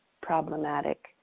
problematic